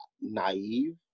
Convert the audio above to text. naive